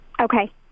Okay